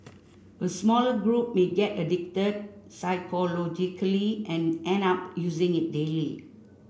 a smaller group may get addicted psychologically and end up using it daily